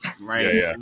right